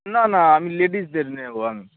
না না আমি লেডিসদের নেবো আমি